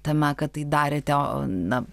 tame kad tai darėte o na